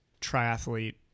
triathlete